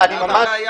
קל מאוד.